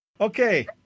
Okay